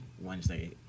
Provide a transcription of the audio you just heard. Wednesday